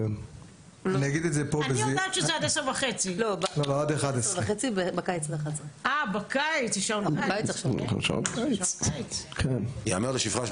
אני יודעת שזה עד 10:30. בקיץ זה עד 11:00. ייאמר לשבחה של